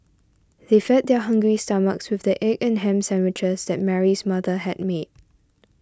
they fed their hungry stomachs with the egg and ham sandwiches that Mary's mother had made